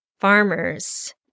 farmers